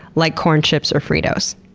like corn chips or fritos?